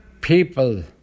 people